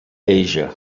asia